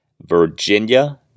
Virginia